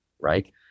right